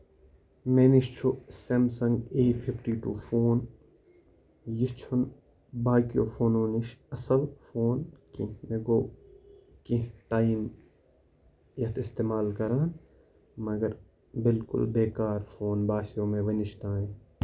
مےٚ نِش چھُ Samsung A fifty two phone یہِ چھُ نہٕ باقیو فونو نِش اَصٕل فون کیٚنٛہہ مےٚ گوٚو کینٛہہ ٹایم یَتھ اِستعمال کران مَگر بِالکُل بیکار فون باسیٚو وُنیِچ تانۍ